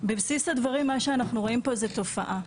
בבסיס הדברים, מה שאנחנו רואים פה זו תופעה.